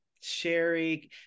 Sherry